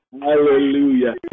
Hallelujah